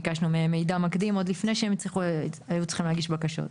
ביקשנו מהם מידע מקדים עוד לפני שהם היו צריכים להגיש בקשות.